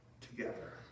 together